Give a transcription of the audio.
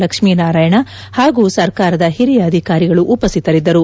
ಲಕ್ಷ್ಮೀನಾರಾಯಣ ಹಾಗೂ ಸರ್ಕಾರದ ಹಿರಿಯ ಅಧಿಕಾರಿಗಳು ಉಪಸ್ದಿತರಿದ್ದರು